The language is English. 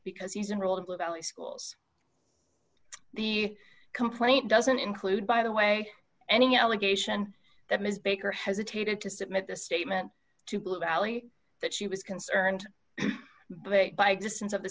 because he's an old blue valley schools the complaint doesn't include by the way any allegation that ms baker hesitated to submit this statement to blue valley that she was concerned but by distance of the